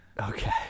Okay